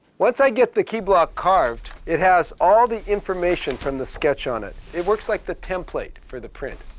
once i get the key block carved, it has all the information from the sketch on it. it works like the template for the print.